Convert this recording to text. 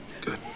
Good